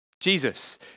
Jesus